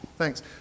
Thanks